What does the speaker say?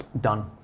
done